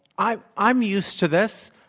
i'm i'm used to this.